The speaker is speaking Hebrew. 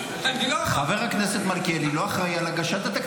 אני לא אמרתי --- חבר הכנסת מלכיאלי לא אחראי על הגשת התקציב.